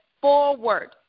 forward